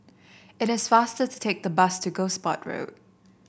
it is faster to take the bus to Gosport Road